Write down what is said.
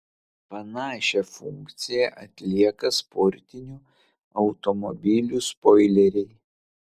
panašią funkciją atlieka sportinių automobilių spoileriai